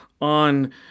on